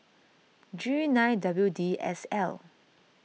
G nine W D S L